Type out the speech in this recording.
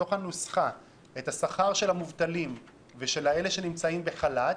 לתוך הנוסחה את השכר של המובטלים ושל אלה שנמצאים בחל"ת,